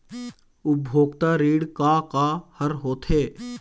उपभोक्ता ऋण का का हर होथे?